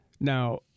Now